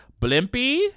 Blimpy